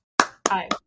Hi